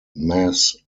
mass